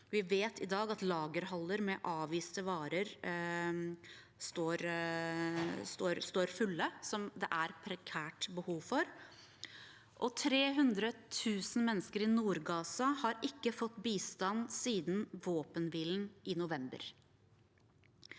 Vi vet i dag at lagerhaller med avviste varer som det er prekært behov for, står fulle, og 300 000 mennesker i Nord-Gaza har ikke fått bistand siden våpenhvilen i november.